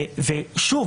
שוב,